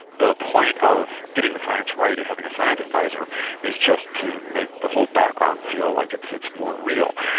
the point of getting the science right and having a science adviser is just to make the whole background feel like it's it's more real.